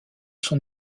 son